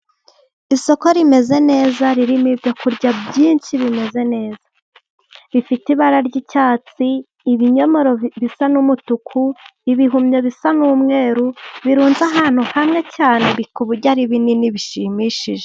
Isoko rimeze neza, ririmo ibyoku kurya byinshi bimeze neza bifite ibara ry'icyatsi, ibinyoro bisa n'umutuku, ibihumyo bisa n'umweru, birunze ahantu hamye cyane, bikarya ari binini bishimishije.